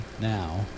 now